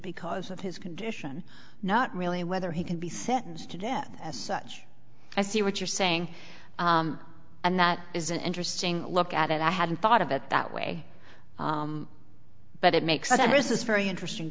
because of his condition not really whether he can be sentenced to death as such i see what you're saying and that is an interesting look at it i hadn't thought of it that way but it makes it worse is very interesting